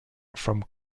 from